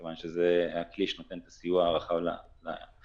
כיוון שזה הכלי שנותן את הסיוע הרחב לאוכלוסייה.